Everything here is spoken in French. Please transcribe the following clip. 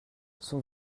son